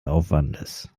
aufwandes